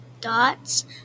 dots